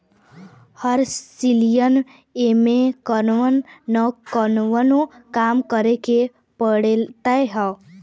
हर सलिए एमे कवनो न कवनो काम करे के पड़त हवे